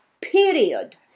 period